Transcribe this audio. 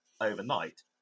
overnight